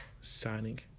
signing